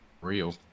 Real